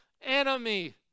enemy